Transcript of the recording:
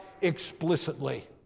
explicitly